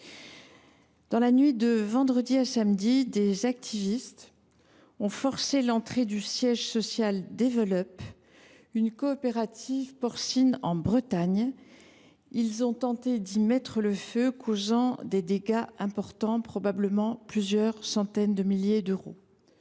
Dans la nuit de vendredi à samedi derniers, des activistes ont forcé l’entrée du siège social d’Evel’Up, une coopérative porcine de Bretagne. Ils ont tenté d’y mettre le feu, causant des dégâts importants, qui s’élèvent probablement à plusieurs centaines de milliers d’euros.